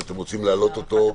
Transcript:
שאתם רוצים להעלות אותו.